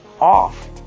off